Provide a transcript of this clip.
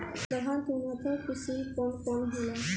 दलहन के उन्नत किस्म कौन कौनहोला?